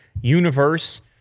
universe